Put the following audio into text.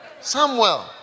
Samuel